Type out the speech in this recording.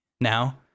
now